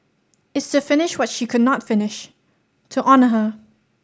it's to finish what she could not finish to honour her